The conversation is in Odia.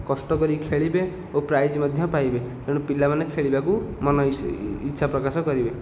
କଷ୍ଟ କରି ଖେଳିବେ ଓ ପ୍ରାଇଜ ମଧ୍ୟ ପାଇବେ ତେଣୁ ପିଲାମାନେ ଖେଳିବାକୁ ମନ ଇଛା ଇଛା ପ୍ରକାଶ କରିବେ